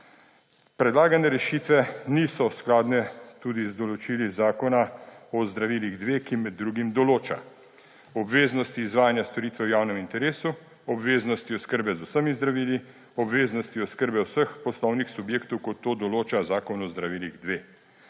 Predlagane rešitve niso skladne tudi z določili Zakona o zdravilih-2, ki med drugim določa obveznosti izvajanja storitve v javnem interesu, obveznosti oskrbe z vsemi zdravili, obveznosti oskrbe vseh poslovnih subjektov, kot to določa Zakon o zdravilih-2.